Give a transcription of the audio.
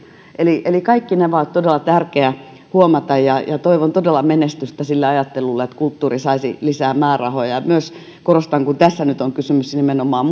eli eli kaikki nämä on todella tärkeä huomata ja ja toivon todella menestystä sille ajattelulle että kulttuuri saisi lisää määrärahoja kun tässä on nyt kysymys nimenomaan